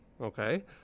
Okay